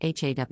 HAW